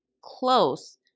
close